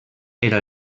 era